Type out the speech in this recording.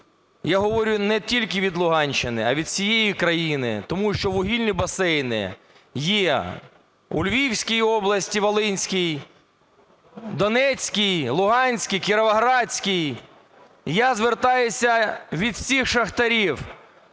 Я говорю не тільки від Луганщини, а від всієї країни, тому що вугільні басейни є у Львівській області, Волинській, Донецькій, Луганській, Кіровоградській. І я звертаюся від всіх шахтарів,